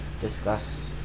discuss